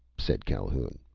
said calhoun.